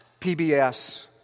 PBS